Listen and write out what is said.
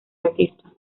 artista